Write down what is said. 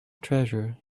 treasure